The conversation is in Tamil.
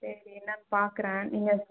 சரி என்னான்னு பார்க்கறேன் நீங்கள்